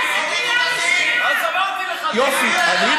אבל זאת קריאה ראשונה.